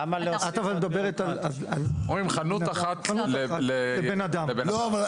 חנות אחת לאדם.